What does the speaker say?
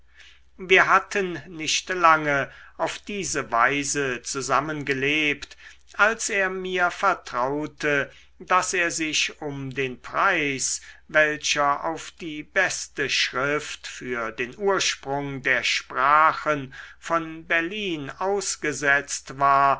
wir hatten nicht lange auf diese weise zusammengelebt als er mir vertraute daß er sich um den preis welcher auf die beste schrift über den ursprung der sprachen von berlin ausgesetzt war